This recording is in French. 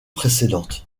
précédente